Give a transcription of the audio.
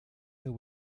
der